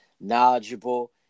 knowledgeable